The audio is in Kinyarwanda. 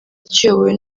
kiyobowe